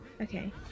Okay